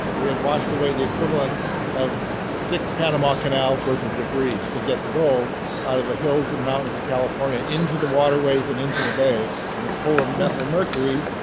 we had washed away the equivalent of six panama canals worth of debris to get the gold out of the hills and mountains of california into the waterways and into the bay and it's full of methyl mercury.